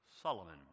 Solomon